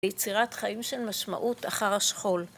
ליצירת חיים של משמעות אחר השכול